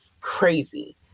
crazy